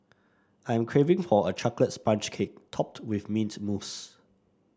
I am craving for a chocolate sponge cake topped with mint mousse